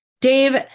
Dave